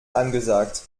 angesagt